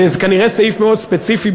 זה כנראה סעיף מאוד ספציפי,